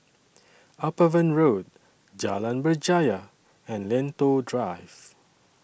Upavon Road Jalan Berjaya and Lentor Drive